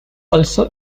also